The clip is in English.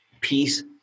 peace